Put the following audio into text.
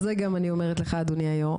זו רפורמת נפש אחת על דברים שכבר קרו.